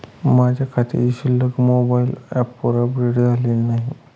माझ्या खात्याची शिल्लक मोबाइल ॲपवर अपडेट झालेली नाही